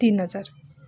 तिन हजार